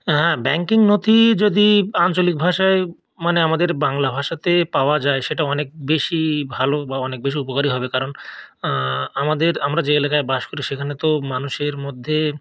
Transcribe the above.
হ্যাঁ ব্যাঙ্কিং নথির যদি আঞ্চলিক ভাষায় মানে আমাদের বাংলা ভাষাতে পাওয়া যায় সেটা অনেক বেশি ভালো বা অনেক বেশি উপকারী হবে কারণ আমাদের আমরা যে এলাকায় বাস করি সেখানে তো মানুষের মধ্যে